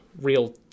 real